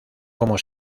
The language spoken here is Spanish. cómo